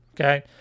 Okay